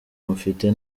mufite